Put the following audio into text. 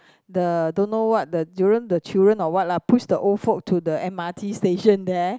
the don't know what the children the children or what lah push the old folk to the m_r_t station there